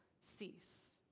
cease